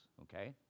okay